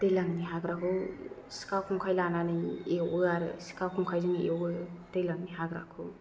दैलांनि हाग्राखौ सिखा खंखाय लानानै एवो आरो सिखा खंखायजों एवो दैलांनि हाग्राखौ